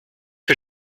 que